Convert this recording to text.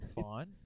fine